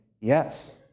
Yes